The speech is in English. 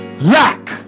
lack